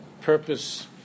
purpose